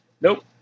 Nope